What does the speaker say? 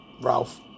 Ralph